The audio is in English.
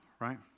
right